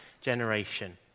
generation